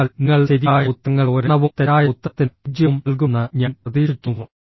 അതിനാൽ നിങ്ങൾ ശരിയായ ഉത്തരങ്ങൾക്ക് ഒരെണ്ണവും തെറ്റായ ഉത്തരത്തിന് പൂജ്യവും നൽകുമെന്ന് ഞാൻ പ്രതീക്ഷിക്കുന്നു